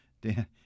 Dan